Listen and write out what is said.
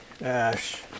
ash